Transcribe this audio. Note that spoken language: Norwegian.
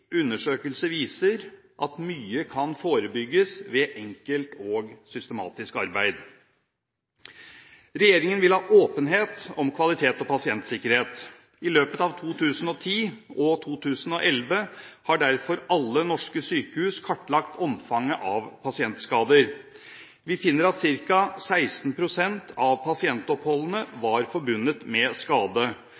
undersøkelser viser at mye kan forebygges ved enkelt og systematisk arbeid. Regjeringen vil ha åpenhet om kvalitet og pasientsikkerhet. I løpet av 2010 og 2011 har derfor alle norske sykehus kartlagt omfanget av pasientskader. Vi finner at ca. 16 pst. av pasientoppholdene